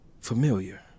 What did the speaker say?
Familiar